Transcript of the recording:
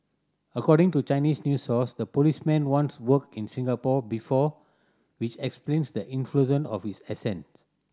according to Chinese news source the policeman once worked in Singapore before which explains the influence of his accent